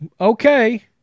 okay